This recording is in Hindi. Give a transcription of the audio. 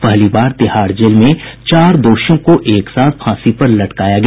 पहली बार तिहाड़ जेल में चार दोषियों को एक साथ फांसी पर लटकाया गया